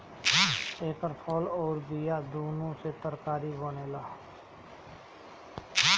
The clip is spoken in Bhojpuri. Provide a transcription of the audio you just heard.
एकर फल अउर बिया दूनो से तरकारी बनेला